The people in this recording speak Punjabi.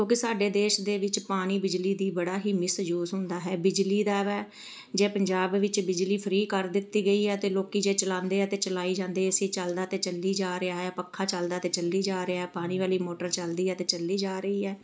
ਕਿਉਂਕਿ ਸਾਡੇ ਦੇਸ਼ ਦੇ ਵਿੱਚ ਪਾਣੀ ਬਿਜਲੀ ਦੀ ਬੜਾ ਹੀ ਮਿਸਯੂਜ ਹੁੰਦਾ ਹੈ ਬਿਜਲੀ ਦਾ ਵੈ ਜੇ ਪੰਜਾਬ ਵਿੱਚ ਬਿਜਲੀ ਫਰੀ ਕਰ ਦਿੱਤੀ ਗਈ ਹੈ ਅਤੇ ਲੋਕ ਜੇ ਚਲਾਉਂਦੇ ਆ ਤਾਂ ਚਲਾਈ ਜਾਂਦੇ ਏਸੀ ਚੱਲਦਾ ਤਾਂ ਚੱਲੀ ਜਾ ਰਿਹਾ ਹੈ ਪੱਖਾ ਚੱਲਦਾ ਤਾਂ ਚੱਲੀ ਜਾ ਰਿਹਾ ਪਾਣੀ ਵਾਲੀ ਮੋਟਰ ਚਲਦੀ ਹੈ ਤਾਂ ਚੱਲੀ ਜਾ ਰਹੀ ਹੈ